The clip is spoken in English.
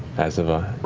as have i.